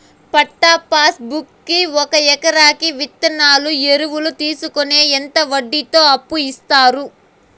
పట్టా passbook కి ఒక ఎకరాకి విత్తనాలు, ఎరువులు తీసుకొనేకి ఎంత వడ్డీతో అప్పు ఇస్తారు?